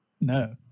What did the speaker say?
No